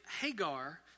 Hagar